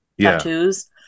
tattoos